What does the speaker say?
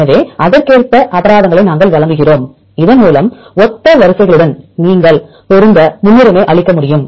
எனவே அதற்கேற்ப அபராதத்தை நாங்கள் வழங்குகிறோம் இதன்மூலம் ஒத்த வரிசைகளுடன் பொருந்த நீங்கள் முன்னுரிமை அளிக்க முடியும்